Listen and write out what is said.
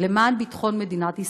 למען ביטחון מדינת ישראל.